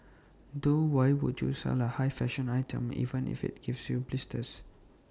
though why would you sell A high fashion item even if IT gives you blisters